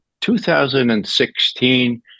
2016